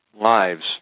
lives